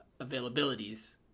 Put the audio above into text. availabilities